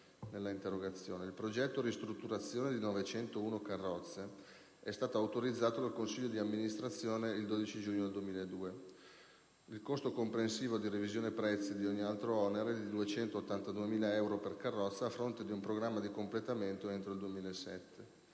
Il progetto di ristrutturazione di 901 carrozze è stato autorizzato dal consiglio di amministrazione il 12 giugno 2002 con un costo, comprensivo di revisione prezzi e di ogni altro onere, di 282.000 per carrozza, a fronte di un programma di completamento entro il 2007.